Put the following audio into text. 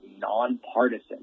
nonpartisan